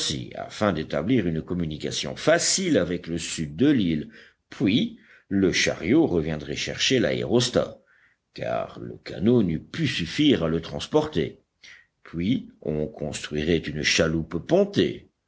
afin d'établir une communication facile avec le sud de l'île puis le chariot reviendrait chercher l'aérostat car le canot n'eût pu suffire à le transporter puis on construirait une chaloupe pontée